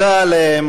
אנחנו